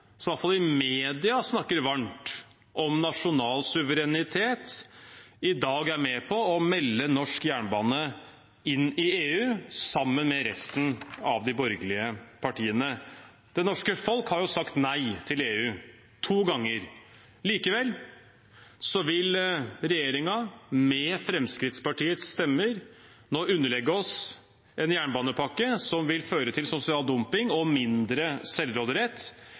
hvert fall i media snakker varmt om nasjonal suverenitet, i dag er med på å melde norsk jernbane inn i EU sammen med resten av de borgerlige partiene. Det norske folk har sagt nei til EU to ganger. Likevel vil regjeringen, med Fremskrittspartiets stemmer, nå underlegge oss en jernbanepakke som vil føre til sosial dumping og mindre selvråderett.